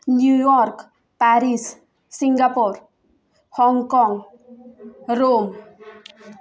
New York Paris Singapore Hong काँग Rome